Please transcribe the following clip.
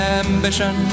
ambition